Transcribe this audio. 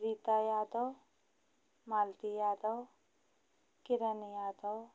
Gita Yadav Malti Yadav Kiran Yadav